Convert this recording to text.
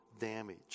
damage